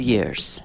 Years